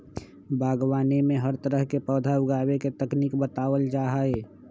बागवानी में हर तरह के पौधा उगावे के तकनीक बतावल जा हई